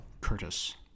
Curtis